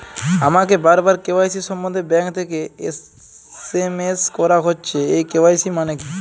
আমাকে বারবার কে.ওয়াই.সি সম্বন্ধে ব্যাংক থেকে এস.এম.এস করা হচ্ছে এই কে.ওয়াই.সি মানে কী?